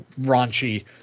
raunchy